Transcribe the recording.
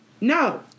no